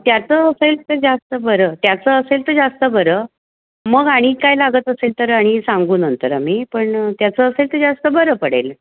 त्याचं असेल तर जास्त बरं त्याचं असेल तर जास्त बरं मग आणि काय लागत असेल तर आणि सांगू नंतर आम्ही पण त्याचं असेल तर जास्त बरं पडेल